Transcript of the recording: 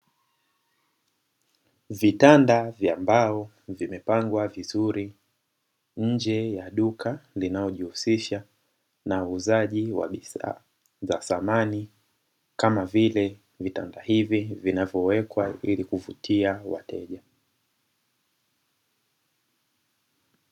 Vitanda vya mbao vimepangwa vizuri nje ya duka linalojihusisha na uuzaji wa bidhaa za samani, kama vile vitanda hivi vinavyowekwa ili kuvutia wateja.